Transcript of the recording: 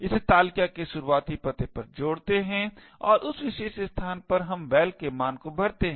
इसे तालिका के शुरुआती पते पर जोड़ते हैं और उस विशेष स्थान पर हम val के मान को भरते हैं